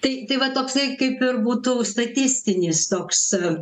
tai tai va toksai kaip ir būtų statistinis toks